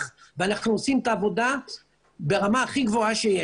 ואנחנו עושים את העבודה ברמה הכי גבוהה שיש.